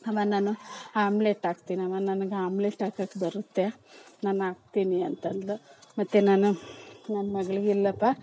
ಅಮ್ಮ ನಾನು ಆಮ್ಲೆಟ್ ಹಾಕ್ತೀನಮ್ಮ ನನ್ಗೆ ಆಮ್ಲೆಟ್ ಹಾಕೋಕೆ ಬರುತ್ತೆ ನಾನು ಹಾಕ್ತೀನಿ ಅಂತಂದಳು ಮತ್ತೆ ನಾನು ನನ್ನ ಮಗ್ಳಿಗೆ ಇಲ್ಲಪ್ಪ